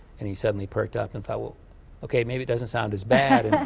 and he suddenly perked up and thought, well okay maybe it doesn't sound as bad.